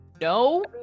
No